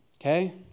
Okay